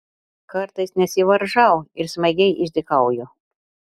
kartais nesivaržau ir smagiai išdykauju